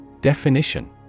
Definition